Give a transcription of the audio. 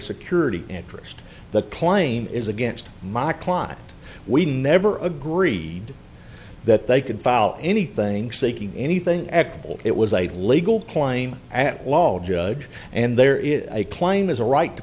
security interest the claim is against my client we never agreed that they could file anything seeking anything at all it was a legal claim at all judge and there is a claim as a right to